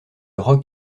rock